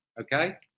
Okay